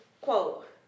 quote